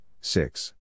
six